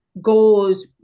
goals